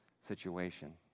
situation